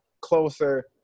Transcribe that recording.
closer